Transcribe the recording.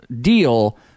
deal—